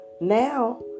Now